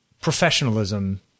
professionalism